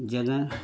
जगह